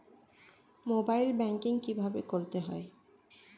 Mobile banking কীভাবে করতে হয়?